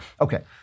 Okay